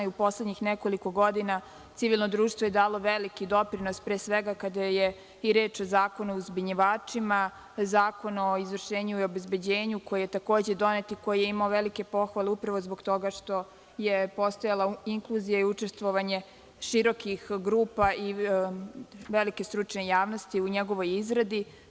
U poslednjih nekoliko godina civilno društvo je dalo veliki doprinos pre svega kada je i reč o Zakonu o uzbunjivačima, Zakon o izvršenju i obezbeđenju koji je takođe donet i koji je imao velike pohvale upravo zbog toga što je postojalo inkluzija i učestvovanje širokih grupa i velike stručne javnosti u njegovoj izradi.